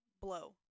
blow